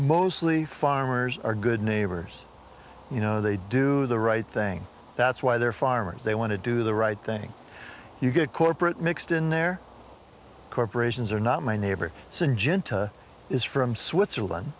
mostly farmers are good neighbors you know they do the right thing that's why they're farmers they want to do the right thing you get corporate mixed in there corporations are not my neighbor syngenta is from switzerland